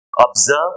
observe